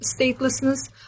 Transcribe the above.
statelessness